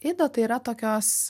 ido tai yra tokios